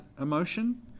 emotion